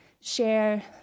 share